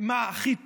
מה הכי טוב,